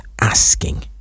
asking